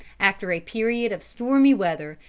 after a period of stormy weather,